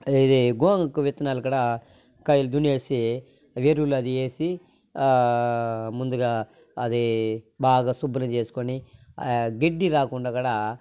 ఇది గోగాకు విత్తనాలు కూడా కైలు దున్నేసి ఎరువులు అది వేసి ముందుగా అదీ బాగా శుభ్రం చేసుకొని గడ్డి రాకుండా కూడా